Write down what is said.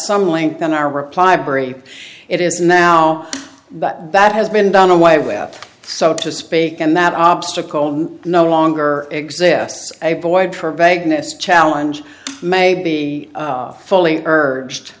some length in our reply barry it is now but that has been done away with so to speak and that obstacle no longer exists a void for vagueness challenge may be fully urged